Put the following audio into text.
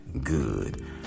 good